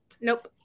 Nope